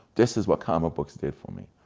this is what comic books did for me.